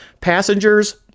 Passengers